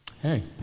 Hey